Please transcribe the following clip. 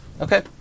Okay